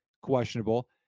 questionable